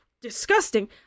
disgusting